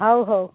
ହଉ ହଉ